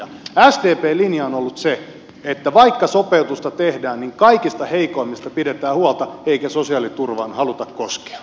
sdpn linja on ollut se että vaikka sopeutusta tehdään niin kaikista heikoimmista pidetään huolta eikä sosiaaliturvaan haluta koskea